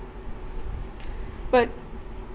but